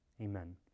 Amen